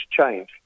change